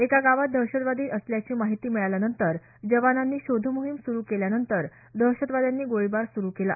एका गावात दहशतवादी असल्याची माहिती मिळाल्यानंतर जवानांनी शोध मोहीम सुरु केल्यानंतर दहशतवाद्यांनी गोळीबार सुरु केला